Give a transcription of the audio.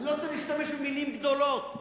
אני לא רוצה להשתמש במלים גדולות: